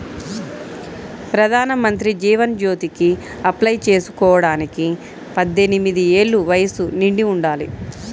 ప్రధానమంత్రి జీవన్ జ్యోతికి అప్లై చేసుకోడానికి పద్దెనిది ఏళ్ళు వయస్సు నిండి ఉండాలి